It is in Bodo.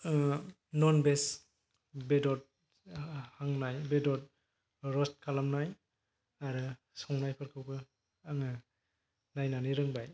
नन भेज बेदर हांनाय बेदर र'सथ खालामनाय आरो संनायफोरखौबो आङो नायनानै रोंबाय